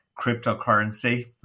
cryptocurrency